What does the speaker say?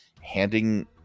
handing